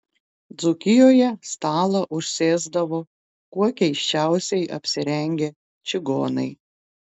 dzūkijoje stalą užsėsdavo kuo keisčiausiai apsirengę čigonai